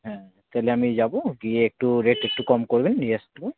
হ্যাঁ তাহলে আমি যাব গিয়ে একটু রেট একটু কম করবেন নিয়ে আসবো